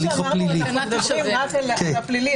כמו שאמרנו, אנחנו מדברים רק על הפלילי.